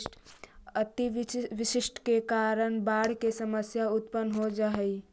अतिवृष्टि के कारण बाढ़ के समस्या उत्पन्न हो जा हई